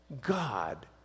God